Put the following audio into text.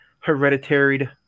hereditary